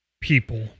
people